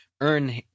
earn